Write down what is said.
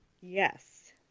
yes